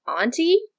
auntie